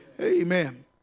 Amen